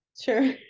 Sure